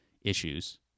issues